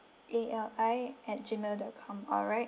A L I at gmail dot com alright